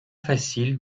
facile